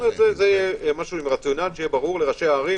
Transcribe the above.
זה רציונל שיהיה ברור לראשי הערים.